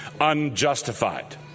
unjustified